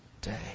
day